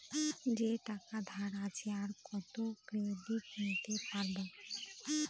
যে টাকা ধার আছে, আর কত ক্রেডিট নিতে পারবো?